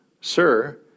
Sir